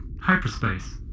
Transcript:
hyperspace